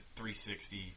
360